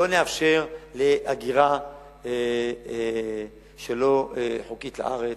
לא נאפשר הגירה לא חוקית לארץ,